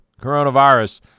coronavirus